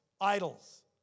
Idols